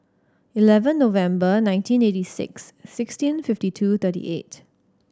eleven November nineteen eighty six sixteen fifty two thirty eight